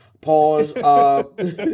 Pause